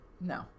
No